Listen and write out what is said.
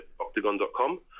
octagon.com